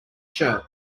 shirt